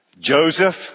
Joseph